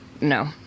no